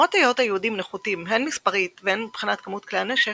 למרות היות היהודים נחותים הן מספרית והן מבחינת כמות כלי הנשק,